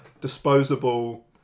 Disposable